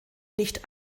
nicht